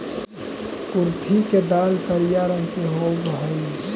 कुर्थी के दाल करिया रंग के होब हई